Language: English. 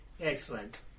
Excellent